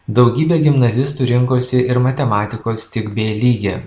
daugybė gimnazistų rinkosi ir matematikos tik b lygį